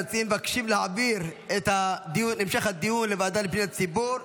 המציעים מבקשים להעביר את המשך הדיון לוועדה לפניות הציבור.